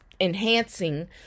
enhancing